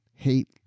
hate